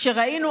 שואלים אותו